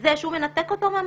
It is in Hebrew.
ובזה שהוא מנתק אותו מהמחשבים,